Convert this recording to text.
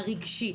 הריגשי,